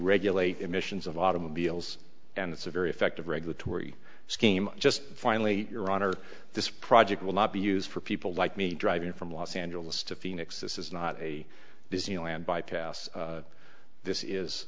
regulate emissions of automobiles and it's a very effective regulatory scheme just finally your honor this project will not be used for people like me driving from los angeles to phoenix this is not a disneyland bypass this is